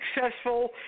successful